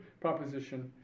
proposition